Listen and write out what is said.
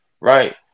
right